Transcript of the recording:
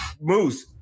Moose